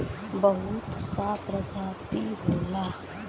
बहुत सा प्रजाति होला